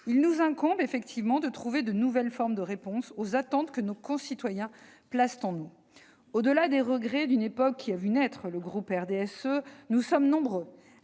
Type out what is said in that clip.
Il nous incombe, en effet, de trouver de nouvelles formes de réponses aux attentes de nos concitoyens à notre égard. Au-delà du regret d'une époque qui a vu naître le groupe du RDSE, nous sommes nombreux